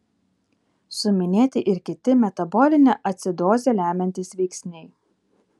suminėti ir kiti metabolinę acidozę lemiantys veiksniai